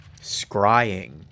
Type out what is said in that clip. scrying